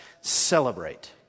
celebrate